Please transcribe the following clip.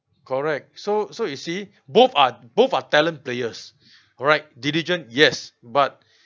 correct so so you see both are both are talent players correct diligent yes but